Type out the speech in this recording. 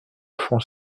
font